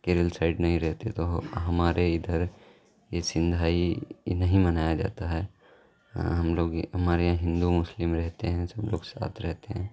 Kerala side نہیں رہتے تو ہمارے ادھر یہ سندھائی نہیں منایا جاتا ہے ہم لوگ یہ ہمارے یہاں ہندو مسلم رہتے ہیں سب لوگ ساتھ رہتے ہیں